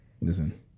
Listen